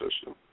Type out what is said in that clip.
system